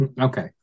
Okay